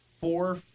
Four